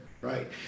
Right